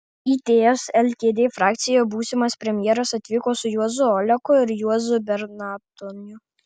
į ts lkd frakciją būsimas premjeras atvyko su juozu oleku ir juozu bernatoniu